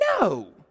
no